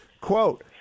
quote